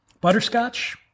butterscotch